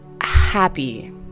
happy